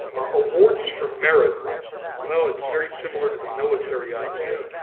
awards for merit well, it's very similar to the military idea.